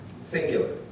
singular